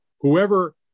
Whoever